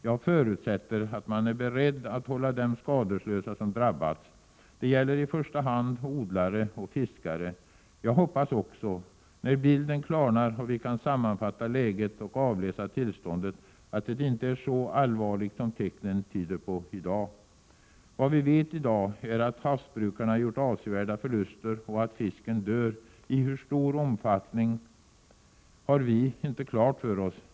Jag förutsätter att man är beredd att hålla dem skadeslösa som drabbas. Det gäller i första hand odlare och fiskare. Jag hoppas också, när bilden klarnar och vi kan sammanfatta läget och avläsa tillståndet, att det inte är så allvarligt som tecknen tyder på i dag. Vad vi nu vet är att havsbrukarna gjort avsevärda förluster och att fisken dör. I hur stor omfattning har vi inte klart för oss.